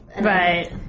Right